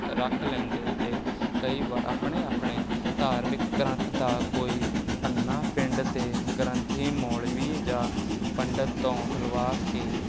ਰੱਖ ਲੈਂਦੇ ਅਤੇ ਕਈ ਵਾਰ ਆਪਣੇ ਆਪਣੇ ਧਾਰਮਿਕ ਗ੍ਰੰਥ ਦਾ ਕੋਈ ਪੰਨਾ ਪਿੰਡ ਦੇ ਗ੍ਰੰਥੀ ਮੌਲ਼ਵੀ ਜਾਂ ਪੰਡਤ ਤੋਂ ਖੁਲ੍ਹਵਾ ਕੇ